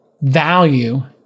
value